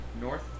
north